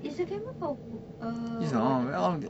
is the camera uh waterproof